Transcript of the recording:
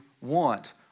want